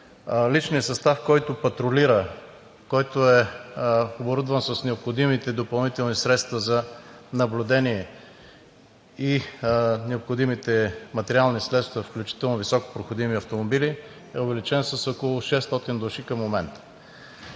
личният състав, който патрулира, който е оборудван с необходимите допълнителни средства за наблюдение и необходимите материални средства, включително високопроходими автомобили, е увеличен с около 60 души.